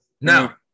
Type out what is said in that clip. Now